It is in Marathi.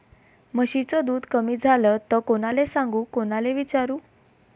म्हशीचं दूध कमी झालं त कोनाले सांगू कोनाले विचारू?